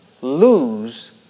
Lose